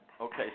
Okay